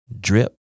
drip